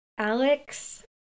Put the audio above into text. Alex